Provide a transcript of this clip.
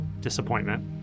disappointment